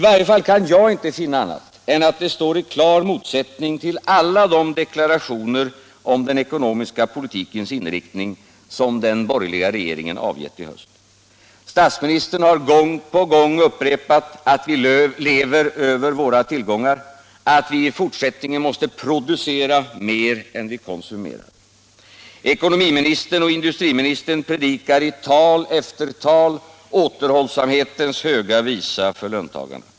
Jag kan i varje fall inte finna annat än att det står i klar motsättning till alla de deklarationer om den ekonomiska politikens inriktning som den borgerliga regeringen avgett i höst. Statsministern har gång på gång upprepat att vi lever över våra tillgångar, att vi i fortsättningen måste producera mer än vi konsumerar. Ekonomiministern och industriministern predikar i tal efter tal återhållsamhetens höga visa för löntagarna.